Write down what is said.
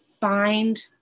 find